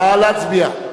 נא להצביע.